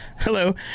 Hello